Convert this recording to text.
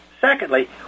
Secondly